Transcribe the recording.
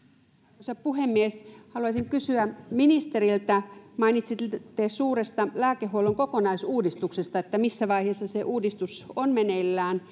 arvoisa puhemies haluaisin kysyä ministeriltä mainitsitte suuresta lääkehuollon kokonaisuudistuksesta missä vaiheessa se se uudistus on meneillään